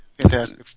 Fantastic